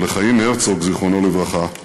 ולחיים הרצוג, זיכרונו לברכה,